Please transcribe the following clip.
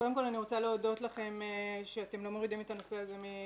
קודם כל אני רוצה להודות לכם שאתם לא מורידים את הנושא הזה מסדר-היום,